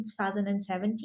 2017